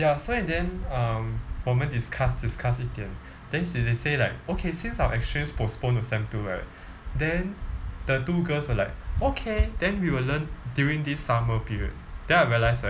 so in the end uh 我们 discuss discuss 一点 then she say like okay since our exchange postponed to sem two right then the two girls were like okay then we will learn during this summer period then I realised right